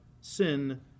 sin